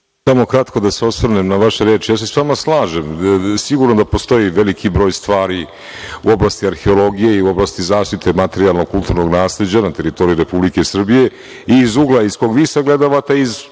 Samo kratko da se osvrnem na vaše reči. Slažem se sa vama. Sigurno da postoji veliki broj stvari u oblati arheologije i u oblasti zaštite materijalno – kulturnog nasleđa na teritoriji Republike Srbije i iz ugla iz kog vi sagledavate